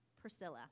Priscilla